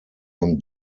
him